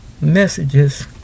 messages